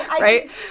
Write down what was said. right